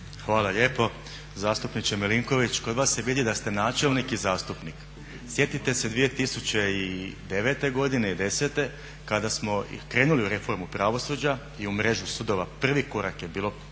Hvala lijepo. Zastupniče Milinković, kod vas se vidi da ste načelnik i zastupnik. Sjetite se 2009. godine i desete kada smo krenuli u reformu pravosuđa i u mrežu sudova prvi korak je bilo, tad je